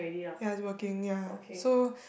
ya he's working ya so